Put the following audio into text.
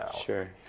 Sure